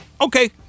okay